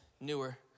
newer